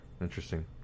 interesting